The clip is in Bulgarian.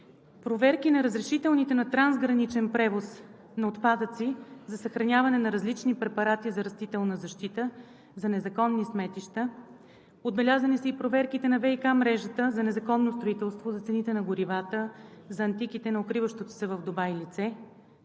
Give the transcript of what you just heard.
проверки на разрешителните на трансграничния превоз на отпадъци за съхраняване на различни препарати за растителна защита, за незаконни сметища. Отбелязани са и проверките на ВиК мрежата, за незаконно строителство, за цените на горивата, за антиките на укриващото се в Дубай лице.